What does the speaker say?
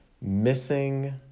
missing